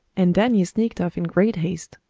and danny sneaked off in great haste.